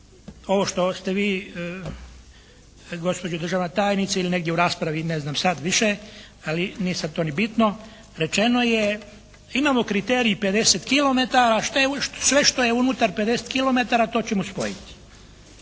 ovo što ste vi gospođo državna tajnice ili negdje u raspravi ne znam sad više, ali nije sad to ni bitno, rečeno je imamo kriterij 50 kilometara, sve što je unutar 50 kilometara to ćemo spojiti.